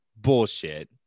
bullshit